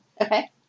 Okay